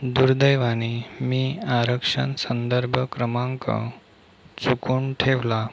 दुर्दैवाने मी आरक्षण संदर्भ क्रमांक चुकून ठेवला